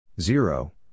Zero